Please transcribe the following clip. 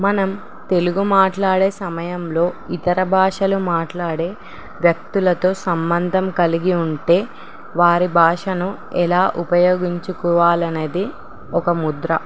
మనం తెలుగు మాట్లాడే సమయంలో ఇతర భాషలు మాట్లాడే వ్యక్తులతో సంబంధం కలిగి ఉంటే వారి భాషను ఎలా ఉపయోగించుకోవాలనేది ఒక ముద్ర